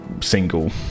single